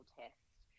test